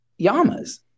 Yamas